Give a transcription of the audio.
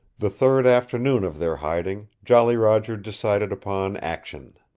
the third afternoon of their hiding, jolly roger decided upon action.